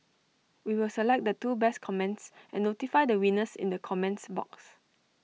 we will select the two best comments and notify the winners in the comments box